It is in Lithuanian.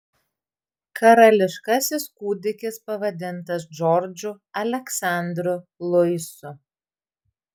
karališkasis kūdikis pavadintas džordžu aleksandru luisu